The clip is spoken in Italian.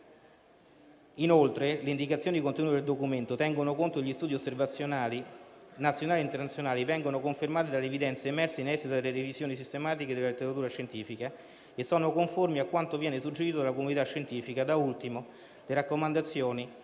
Inoltre, le indicazioni contenute nel documento tengono conto degli studi osservazionali nazionali e internazionali e vengono confermate dalle evidenze emerse in esito alle revisioni sistematiche della letteratura scientifica e sono conformi a quanto viene suggerito dalla comunità scientifica; da ultimo, tengono conto